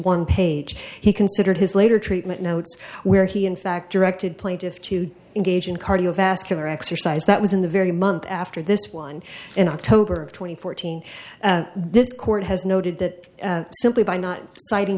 one page he considered his later treatment notes where he in fact directed plaintiffs to engage in cardiovascular exercise that was in the very month after this one and october twenty fourth thing this court has noted that simply by not citing